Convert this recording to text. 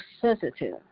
sensitive